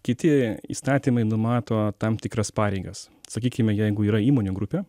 kiti įstatymai numato tam tikras pareigas sakykime jeigu yra įmonių grupė